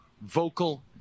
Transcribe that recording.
vocal